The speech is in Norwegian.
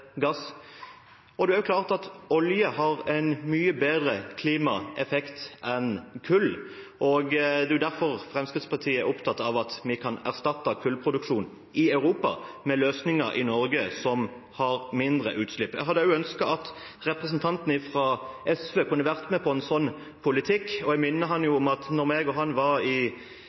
gass. Det er også klart at olje har en mye bedre klimaeffekt enn kull. Det er derfor Fremskrittspartiet er opptatt av at vi kan erstatte kullproduksjonen i Europa med løsninger i Norge som har mindre utslipp. Jeg hadde ønsket at representanten fra SV kunne vært med på en sånn politikk. Jeg minner om at da han og jeg var i